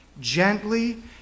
gently